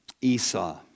Esau